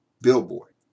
billboard